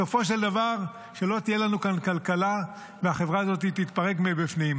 סופו של דבר שלא תהיה לנו כאן כלכלה והחברה הזאת תתפרק מבפנים.